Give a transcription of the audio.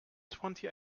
twenty